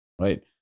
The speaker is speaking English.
Right